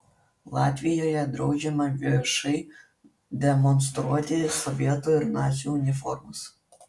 latvijoje draudžiama viešai demonstruoti sovietų ir nacių uniformas